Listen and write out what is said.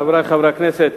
חברי חברי הכנסת,